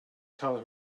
tell